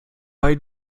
bei